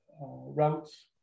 routes